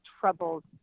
troubled